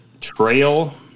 Trail